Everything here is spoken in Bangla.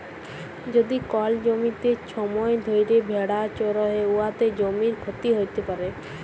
যদি কল জ্যমিতে ছময় ধ্যইরে ভেড়া চরহে উয়াতে জ্যমির ক্ষতি হ্যইতে পারে